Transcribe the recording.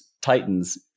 Titans